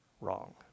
wrong